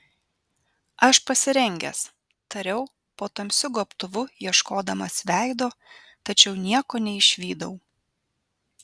aš pasirengęs tariau po tamsiu gobtuvu ieškodamas veido tačiau nieko neišvydau